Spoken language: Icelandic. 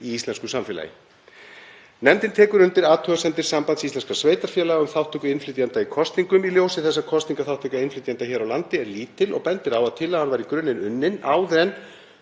í íslensku samfélagi. Nefndin tekur undir athugasemdir Sambands íslenskra sveitarfélaga um þátttöku innflytjenda í kosningum í ljósi þess að kosningaþátttaka innflytjenda hér á landi er lítil. Meiri hlutinn bendir á að tillagan var unnin áður en